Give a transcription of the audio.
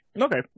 okay